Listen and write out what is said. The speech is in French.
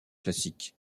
classique